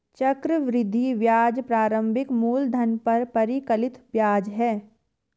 चक्रवृद्धि ब्याज प्रारंभिक मूलधन पर परिकलित ब्याज है